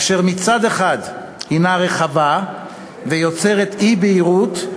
אשר מצד אחד הנה רחבה ויוצרת אי-בהירות,